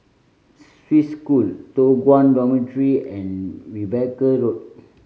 Swiss School Toh Guan Dormitory and Rebecca Road